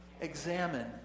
Examine